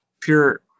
Pure